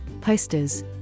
Posters